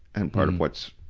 and part of what's,